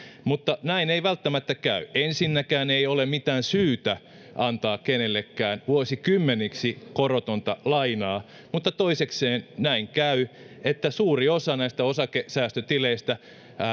mutta näin ei välttämättä käy ensinnäkään ei ole mitään syytä antaa kenellekään vuosikymmeniksi korotonta lainaa mutta toisekseen käy niin että suuri osa näistä osakesäästötileistä